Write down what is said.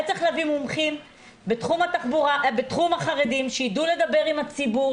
היה צריך להביא מומחים בתחום החרדים שידעו לדבר עם הציבור,